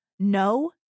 No